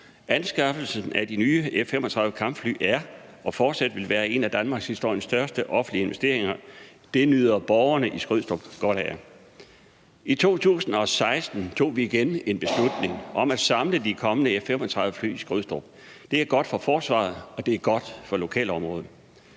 Anskaffelsen af de nye F-35-kampfly er og vil fortsat være en af danmarkshistoriens største offentlige investeringer – det nyder borgerne i Skrydstrup godt af. I 2016 tog vi igen en beslutning om at samle de kommende F-35-fly i Skrydstrup. Det er godt for forsvaret, og det er godt for lokalområdet.